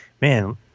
man